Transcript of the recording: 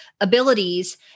abilities